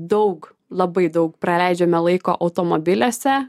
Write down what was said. daug labai daug praleidžiame laiko automobiliuose